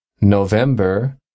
November